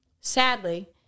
sadly